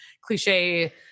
cliche